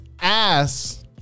ass